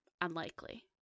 unlikely